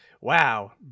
wow